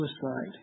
suicide